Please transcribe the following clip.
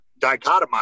dichotomize